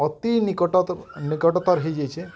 ଅତି ନିକଟତ ନିକଟତର୍ ହେଇଯାଇଛେ୍